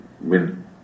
win